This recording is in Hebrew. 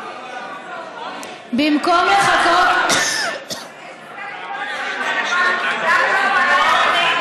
יש הסכם עם כל השרים הרלוונטיים.